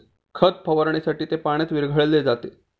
खत फवारणीसाठी ते पाण्यात विरघळविले जाते